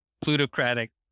plutocratic